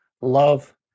love